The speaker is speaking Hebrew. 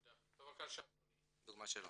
בבקשה טוני.